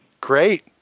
Great